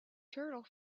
turtle